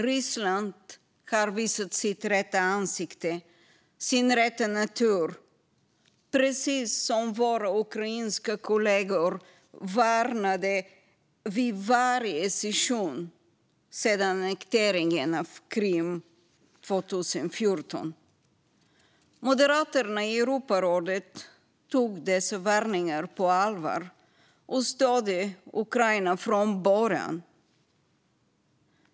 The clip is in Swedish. Ryssland har visat sitt rätta ansikte och sin rätta natur, precis som våra ukrainska kollegor varnat för vid varje session sedan annekteringen av Krim 2014. Moderaterna i Europarådet tog dessa varningar på allvar och stödde Ukraina från början.